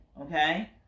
okay